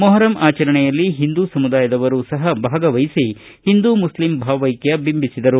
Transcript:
ಮೊಹರಂ ಆಚರಣೆಯಲ್ಲಿ ಹಿಂದೂ ಸಮುದಾಯದವರು ಸಹ ಭಾಗವಹಿಸಿ ಹಿಂದೂ ಮುಸ್ಲಿಂ ಭಾವೈಕ್ಯ ಬಿಂಬಿಸಿದರು